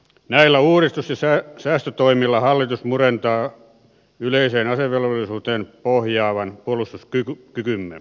näillä uudistus ja säästötoimilla hallitus murentaa yleiseen asevelvollisuuteen pohjaavan puolustuskykymme